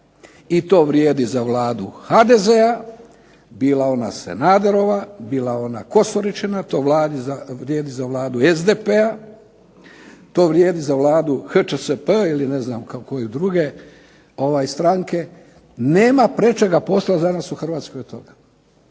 I to vrijedi za Vladu HDZ-a, bila ona Sanaderova, bila ona Kosoričina, to vrijedi za Vladu SDP-a, to vrijedi za Vladu HČSP, ili ne znam koje druge stranke, nemam prečega posla za nas u Hrvatskoj od toga.